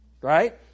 right